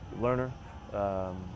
learner